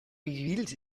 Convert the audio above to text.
reveals